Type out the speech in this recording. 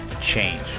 change